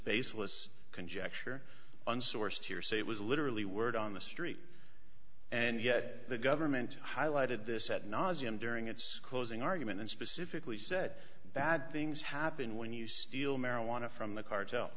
baseless conjecture unsourced hearsay it was literally word on the street and yet the government highlighted this at nauseum during its closing argument and specifically said bad things happen when you steal marijuana from the cartel